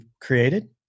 created